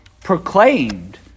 proclaimed